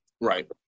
right